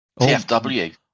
TFW